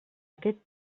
aquest